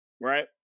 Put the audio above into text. right